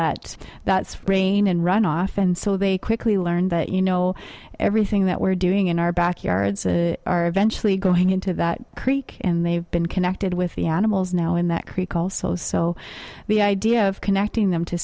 that that's rain and runoff and so they quickly learn that you know everything that we're doing in our backyards are eventually going into that creek and they've been connected with the animals now in that creek also so the idea of connecting them to